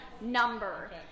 number